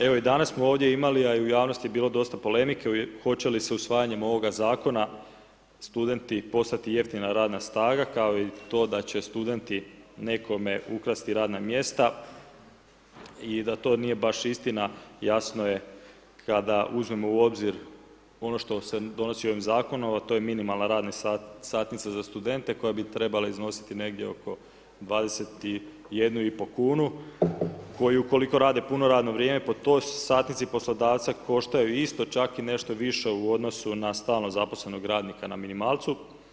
Evo i danas smo ovdje imali, a i javnosti je bilo dosta polemike, hoće li se usvajanjem ovoga zakona, studenti, postati jeftina radna snaga, kao i to da će studenti nekome ukrasti radna mjesta i da to nije baš istina, jasno je kada uzmemo u obzir ono što se donosi ovim zakonom, a to je minimalna radna satnica za studente, koja bi trebala iznositi oko 21,5 kn, koji ukoliko rade puno radno vrijeme, po toj satnici, poslodavca koštaju isto, čak i nešto više, u odnosu na stalno zaposlenog radnika na minimalcu.